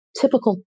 typical